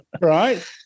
Right